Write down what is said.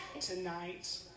tonight